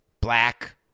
black